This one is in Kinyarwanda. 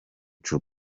juba